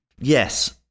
Yes